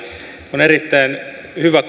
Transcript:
on erittäin hyvä